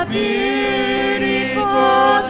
beautiful